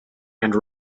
and